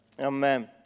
Amen